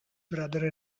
brother